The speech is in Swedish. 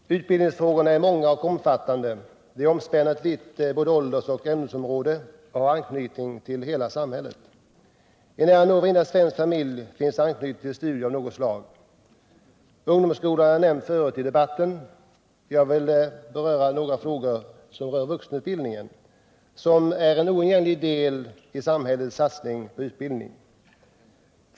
Herr talman! Utbildningsfrågorna är många och omfattande — de omspänner ett vitt både åldersoch ämnesområde och har anknytning till hela samhället. I nära nog varenda svensk familj finns det anknytning till studier av något slag. Ungdomsskolan är nämnd förut i debatten, jag vill beröra några frågor som knyter an till vuxenutbildningen, som även den blivit en uppmärksammad del inom utbildningens område.